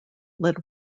led